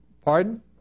Pardon